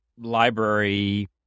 library